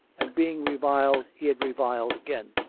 and being reviled he had reviled again.